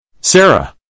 Sarah